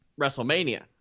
WrestleMania